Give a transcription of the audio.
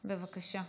בבקשה.